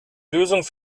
lösung